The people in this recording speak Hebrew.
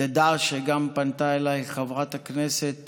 תדע שגם פנתה אליי חברת הכנסת